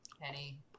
Penny